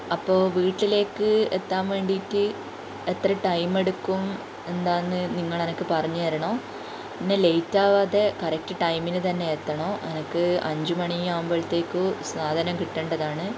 അപ്പോൾ വീട്ടിലേക്ക് എത്താൻ വേണ്ടീട്ട് എത്ര ടൈം എടുക്കും എന്താന്ന് നിങ്ങൾ എനക്ക് പറഞ്ഞരണോം പിന്നെ ലേറ്റ് ആവാതെ കറക്റ്റ് ടൈമിന് തന്നെ എത്തണം എനിക്ക് അഞ്ചു മണിയാവുമ്പോഴ്ത്തേക്കും സാധനം കിട്ടേണ്ടതാണ്